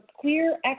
clear